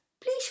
Please